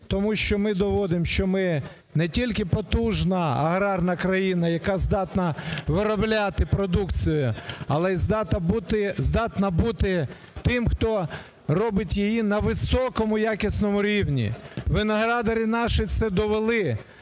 тому що ми доводимо, що ми не тільки потужна аграрна країна, яка здатна виробляти продукцію, але здатна бути тим, хто робить її на високому і якісному рівні, виноградарі наші це довели.